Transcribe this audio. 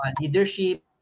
leadership